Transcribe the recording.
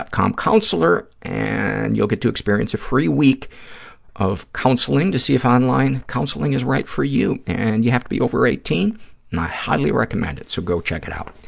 com counselor, and you'll get to experience a free week of counseling to see if online counseling is right for you, and you have to be over eighteen and i highly recommend it. so, go check it out.